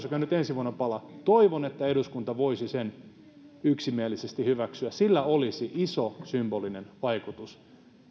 joka nyt ensi vuonna palaa eduskunta voisi yksimielisesti hyväksyä sillä olisi iso symbolinen vaikutus